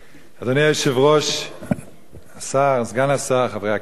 אדוני היושב-ראש, השר, סגן השר, חברי הכנסת,